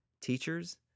teachers